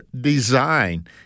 design